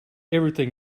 everything